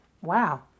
Wow